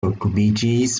okupiĝis